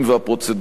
והפרוצדורליים: